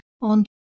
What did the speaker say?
on